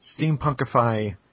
steampunkify